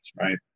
right